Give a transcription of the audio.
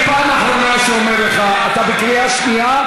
אני פעם אחרונה אומר לך שאתה בקריאה שנייה.